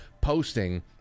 posting